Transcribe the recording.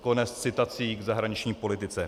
Konec citací k zahraniční politice.